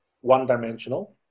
one-dimensional